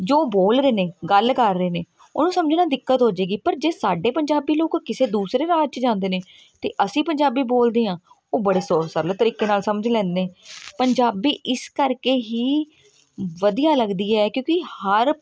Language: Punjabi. ਜੋ ਉਹ ਬੋਲ ਰਹੇ ਨੇ ਗੱਲ ਕਰ ਰਹੇ ਨੇ ਉਹਨੂੰ ਸਮਝਣਾ ਦਿੱਕਤ ਹੋ ਜਾਏਗੀ ਪਰ ਜੇ ਸਾਡੇ ਪੰਜਾਬੀ ਲੋਕ ਕਿਸੇ ਦੂਸਰੇ ਰਾਜ 'ਚ ਜਾਂਦੇ ਨੇ ਅਤੇ ਅਸੀਂ ਪੰਜਾਬੀ ਬੋਲਦੇ ਹਾਂ ਉਹ ਬੜੇ ਸੋ ਸਰਲ ਤਰੀਕੇ ਨਾਲ ਸਮਝ ਲੈਂਦੇ ਪੰਜਾਬੀ ਇਸ ਕਰਕੇ ਹੀ ਵਧੀਆ ਲੱਗਦੀ ਹੈ ਕਿਉਂਕਿ ਹਰ